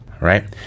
right